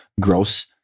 gross